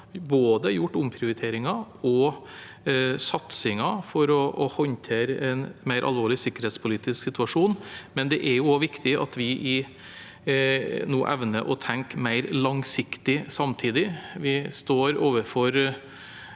både omprioriteringer og satsinger for å håndtere en mer alvorlig sikkerhetspolitisk situasjon, men det er også viktig at vi nå evner å tenke mer langsiktig samtidig. Vi står overfor